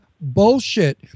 Bullshit